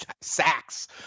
sacks